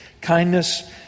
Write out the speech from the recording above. Kindness